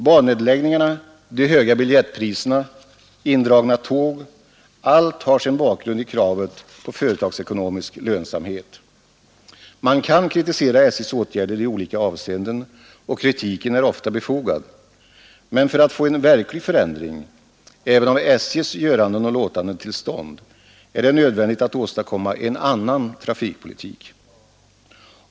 Bannedläggningarna, de höga biljettpriserna, indragna tåg, allt har sin bakgrund i kravet på företagsekonomisk lönsamhet. Man kan kritisera SJ:s åtgärder i olika avseenden, och kritiken är ofta befogad. Men för att få till stånd en verklig förändring, även av SJ:s göranden och låtanden, är det nödvändigt att åstadkomma en annan trafikpolitik.